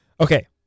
Okay